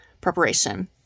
preparation